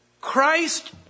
Christ